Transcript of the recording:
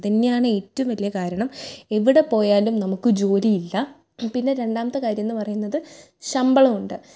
അതന്യമാണ് ഏറ്റവും വലിയ കാരണം എവിടെ പോയാലും നമുക്ക് ജോലിയില്ല പിന്നെ രണ്ടാമത്തെ കാര്യമെന്ന് പറയുന്നത് ശമ്പളം ഉണ്ട്